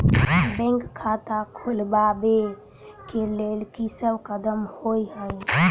Bank खाता खोलबाबै केँ लेल की सब कदम होइ हय?